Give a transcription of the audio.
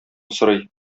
сорый